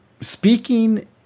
speaking